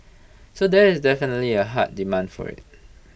so there is definitely A hard demand for IT